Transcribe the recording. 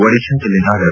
ಒಡಿಶಾದಲ್ಲಿನ ಡಾ